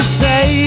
say